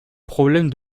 problème